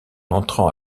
entrant